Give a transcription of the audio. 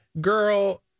girl